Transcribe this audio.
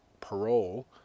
parole